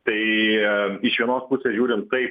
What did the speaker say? tai iš vienos pusės žiūrint tai